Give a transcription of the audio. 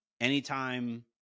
anytime